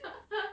I